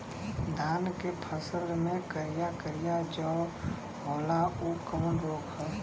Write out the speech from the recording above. धान के फसल मे करिया करिया जो होला ऊ कवन रोग ह?